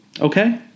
okay